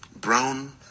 brown